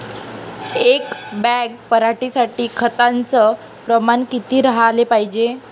एक बॅग पराटी साठी खताचं प्रमान किती राहाले पायजे?